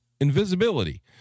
invisibility